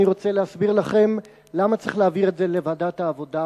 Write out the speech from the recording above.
אני רוצה להסביר לכם למה צריך להעביר את זה לוועדת העבודה,